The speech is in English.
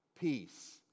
peace